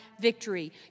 victory